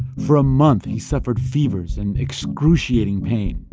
for a month, he suffered fevers and excruciating pain.